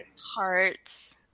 Hearts